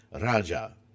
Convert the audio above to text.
Raja